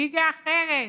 ליגה אחרת.